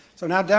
so now,